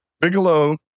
bigelow